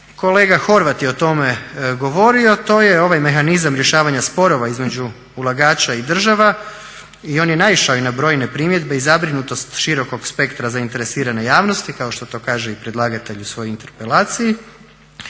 kolega Horvat je o tome govorio, to je ovaj mehanizam rješavanja sporova između ulagača i država i on je naišao i na brojne primjedbe i zabrinutost širokog spektra zainteresirane javnosti kao što to kaže i predlagatelj u svojoj interpelaciji.